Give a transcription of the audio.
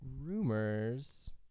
Rumors